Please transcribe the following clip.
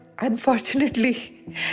Unfortunately